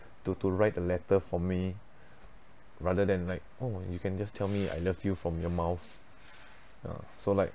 to to write a letter for me rather than like oh you can just tell me I love you from your mouth ya so like